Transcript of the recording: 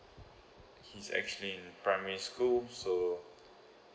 he's actually in primary school so